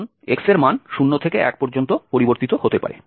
কারণ x এর মান 0 থেকে 1 পর্যন্ত পরিবর্তিত হতে পারে